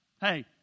Hey